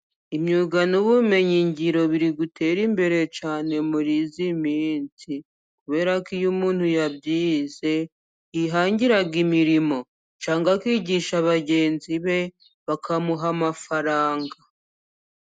Imyuga n'ubumenyingiro biri gutera imbere cyane muri iyi minsi. Kubera ko iyo umuntu yabyize， yihangira imirimo cyangwa akigisha bagenzi be， bakamuha amafaranga.